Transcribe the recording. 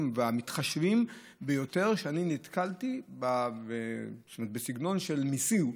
והמתחשבים ביותר שאני נתקלתי בהם בסגנון של מיסים,